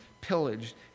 pillaged